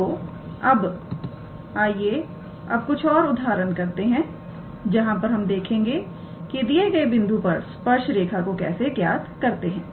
तो आइए अब कुछ और उदाहरण करते हैं जहां पर हम देखेंगे कि दिए गए बिंदु पर स्पर्श रेखा को कैसे ज्ञात करते हैं